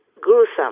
gruesome